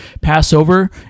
Passover